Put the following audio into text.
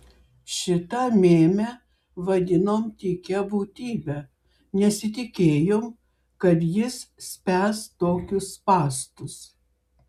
šitą mėmę vadinom tykia būtybe nesitikėjom kad jis spęs tokius spąstus